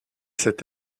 cet